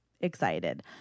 excited